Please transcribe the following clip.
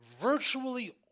virtually